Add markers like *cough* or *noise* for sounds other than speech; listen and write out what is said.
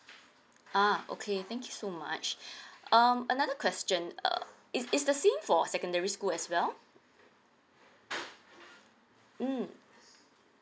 ah okay thank you so much *breath* um another question uh is it's the same for secondary school as well mm